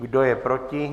Kdo je proti?